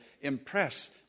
impress